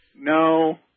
No